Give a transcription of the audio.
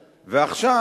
ועכשיו,